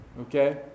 Okay